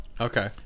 Okay